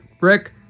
Rick